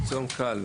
תום קל.